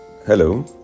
Hello